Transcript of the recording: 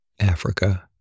Africa